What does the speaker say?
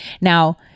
Now